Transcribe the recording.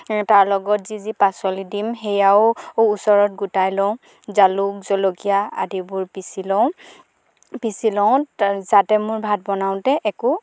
তাৰ লগত যি যি পাচলি দিম সেয়াও ওচৰত গোটাই লওঁ জালুক জলকীয়া আদিবোৰ পিচি লওঁ পিচি লওঁ যাতে মোৰ ভাত বনাওঁতে একো